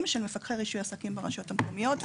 של מפקחי רישוי עסקים ברשויות המקומיות,